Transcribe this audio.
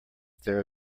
there